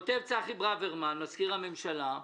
כותב צחי ברוורמן, מזכיר הממשלה,